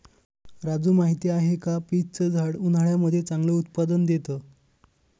राजू माहिती आहे का? पीच च झाड उन्हाळ्यामध्ये चांगलं उत्पादन देत